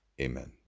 Amen